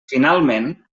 finalment